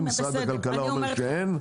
ומשרד הכלכלה אומר שאין.